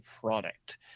product